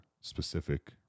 specific